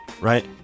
right